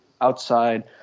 outside